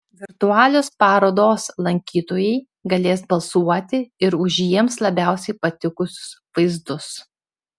virtualios parodos lankytojai galės balsuoti ir už jiems labiausiai patikusius vaizdus